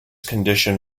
condition